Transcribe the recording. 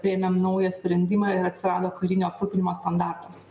priėmėm naują sprendimą ir atsirado karinio aprūpinimo standartas